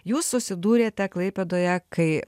jūs susidūrėte klaipėdoje kai